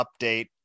update